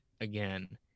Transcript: again